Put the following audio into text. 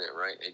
Right